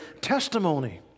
testimony